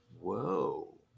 Whoa